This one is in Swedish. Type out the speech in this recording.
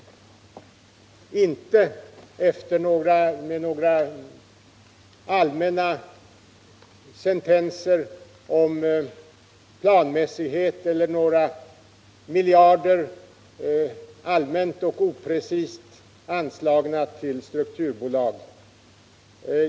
Det är alltså inte några allmänna sentenser om planmässighet eller några miljarder allmänt och oprecist anslagna till strukturbolag.